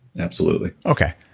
absolutely. okay.